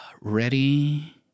ready